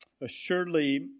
Assuredly